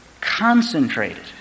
concentrated